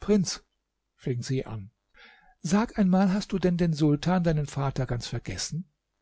prinz fing sie an sag einmal hast du denn den sultan deinen vater ganz vergessen